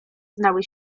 znały